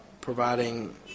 providing